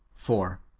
four.